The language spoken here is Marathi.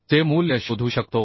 चे मूल्य शोधू शकतो